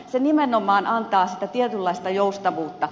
se nimenomaan antaa sitä tietynlaista joustavuutta